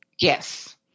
Yes